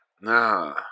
Nah